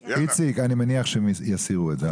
איציק, אני מניח שיסירו את זה.